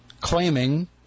claiming